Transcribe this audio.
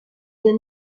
bien